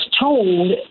told